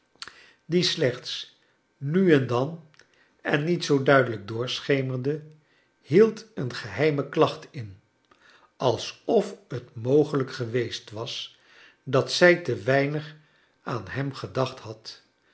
die slechts nu en dan en niet zoo duidelijk doorschemerde hield een geheime klacht in alsof het mogelijk geweest was dat zij te weinig aan hem gedacht had